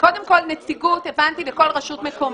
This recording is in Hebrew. קודם כל נציגות, הבנתי, בכל רשות מקומית.